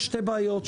בעיות,